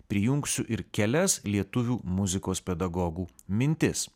prijungsiu ir kelias lietuvių muzikos pedagogų mintis